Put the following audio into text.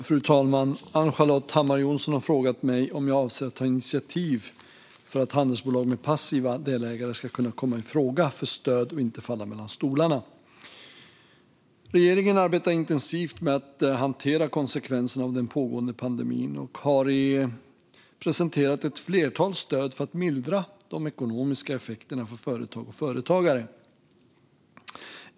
Fru talman! Ann-Charlotte Hammar Johnsson har frågat mig om jag avser att ta initiativ för att handelsbolag med passiva delägare ska kunna komma i fråga för stöd och inte falla mellan stolarna. Regeringen arbetar intensivt med att hantera konsekvenserna av den pågående pandemin och har presenterat ett flertal stöd för att mildra de ekonomiska effekterna för företag och företagare.